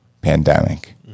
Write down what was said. pandemic